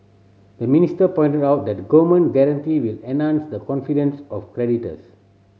the minister pointed out that a government guarantee will enhance the confidence of creditors